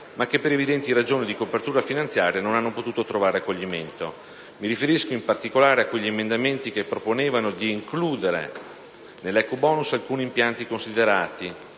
ma che per evidenti ragioni di copertura finanziaria non hanno potuto trovare accoglimento. Mi riferisco in particolare a quegli emendamenti che proponevano di includere nell'ecobonus alcuni impianti considerati